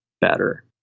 better